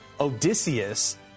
Odysseus